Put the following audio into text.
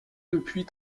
depuis